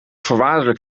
voorwaardelijk